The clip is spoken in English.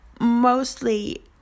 mostly